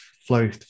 flow